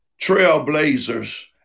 trailblazers